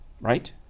Right